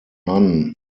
none